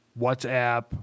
WhatsApp